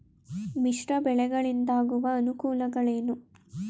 ಮಿಶ್ರ ಬೆಳೆಗಳಿಂದಾಗುವ ಅನುಕೂಲಗಳೇನು?